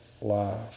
life